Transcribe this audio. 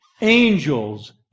angels